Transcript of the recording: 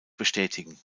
bestätigen